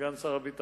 סגן שר הביטחון,